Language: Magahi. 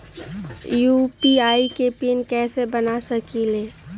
यू.पी.आई के पिन कैसे बना सकीले?